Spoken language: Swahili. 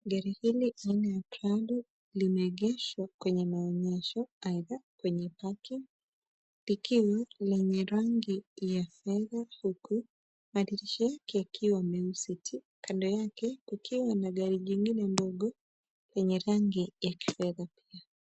Gari hili aina ya Prado, limeegeshwa kwenye maonyesho aidha kwenye parking , likiwa lenye rangi ya fedha huku madirisha yake yakiwa meusi ti. Kando yake, kukiwa na gari jingine ndogo yenye rangi ya kifedha pia.